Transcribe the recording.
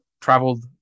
traveled